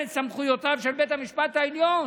את סמכויותיו של בית המשפט העליון?